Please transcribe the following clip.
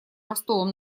ростовом